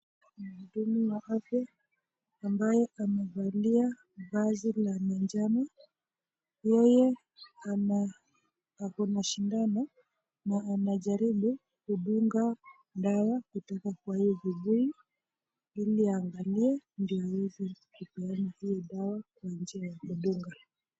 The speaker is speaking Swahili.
Muhudumu wa afya ambaye amevalia jazi la manjano. Yeye ako na shindano na anajaribu kudunga dawa kutoka kwa hiyo kibuyu ili aangalie ndio aweze kupeana hiyo dawa kwa njia ya kudunga.